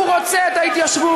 הוא רוצה את ההתיישבות.